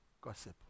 gossip